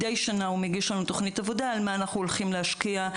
מדי שנה הוא מגיש לנו תוכנית עבודה במה אנחנו הולכים להשקיע.